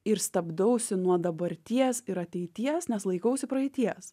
ir stabdausi nuo dabarties ir ateities nes laikausi praeities